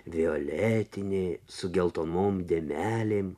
violetinė su geltonom dėmelėm